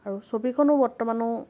আৰু ছবিখনো বৰ্তমানো